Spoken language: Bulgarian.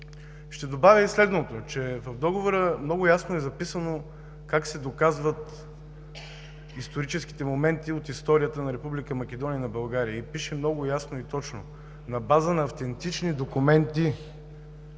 Ще добавя и следното: в Договора много ясно е записано как се доказват историческите моменти от историята на Република Македония и на България, и пише много ясно и точно: „На база на автентични документи.“